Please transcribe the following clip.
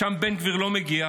לשם בן גביר לא מגיע.